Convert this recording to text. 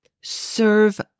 Serve